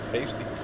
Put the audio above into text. Tasty